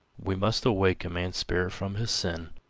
we must awake man's spirit from his sin,